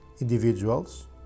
individuals